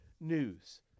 news